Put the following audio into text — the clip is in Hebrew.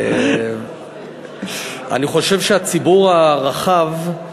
אני חושב שהציבור הרחב,